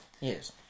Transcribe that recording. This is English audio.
Yes